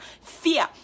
fear